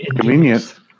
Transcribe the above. convenient